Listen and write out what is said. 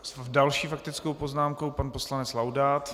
S další faktickou poznámkou pan poslanec Laudát.